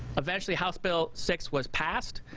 eventually house bill six was passed.